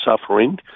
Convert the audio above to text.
suffering